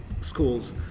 schools